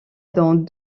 dans